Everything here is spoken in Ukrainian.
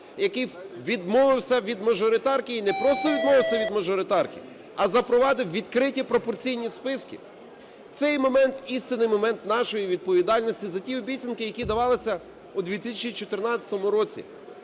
який відмовився від мажоритарки і не просто відмовився від мажоритарки, а запровадив відкриті пропорційні списки. Цей момент істини – момент нашої відповідальності за ті обіцянки, які давалися у 2014 році.